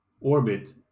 orbit